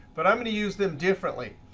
but i'm going to use them differently.